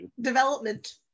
development